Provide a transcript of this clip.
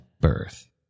birth